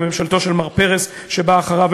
בממשלתו של מר פרס שבאה אחריו,